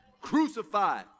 crucified